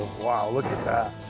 wow. look at that.